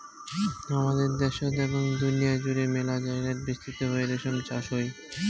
হামাদের দ্যাশোত এবং দুনিয়া জুড়ে মেলা জায়গায়ত বিস্তৃত ভাবে রেশম চাষ হই